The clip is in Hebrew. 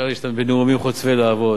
אפשר בנאומים חוצבי להבות,